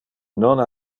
non